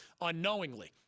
unknowingly